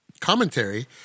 commentary